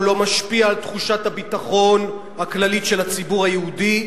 הוא לא משפיע על תחושת הביטחון הכללית של הציבור היהודי.